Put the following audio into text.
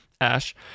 ash